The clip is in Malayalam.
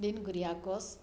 ഡീൻ കുരിയാക്കോസ്